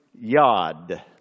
yod